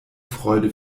freude